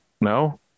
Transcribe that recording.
no